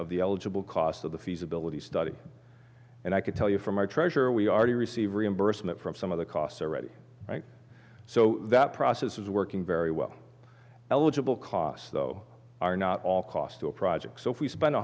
of the eligible cost of the feasibility study and i can tell you from our treasure we are to receive reimbursement from some of the costs are ready so that process is working very well eligible costs though are not all cost to a project so if we spen